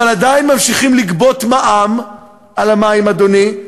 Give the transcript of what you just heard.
אבל עדיין ממשיכים לגבות מע"מ על המים, אדוני,